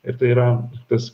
ir tai yra tas